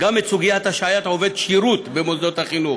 גם את סוגיית השעיית עובד שירות במוסדות החינוך